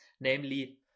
namely